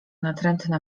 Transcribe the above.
natrętna